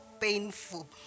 painful